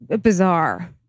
bizarre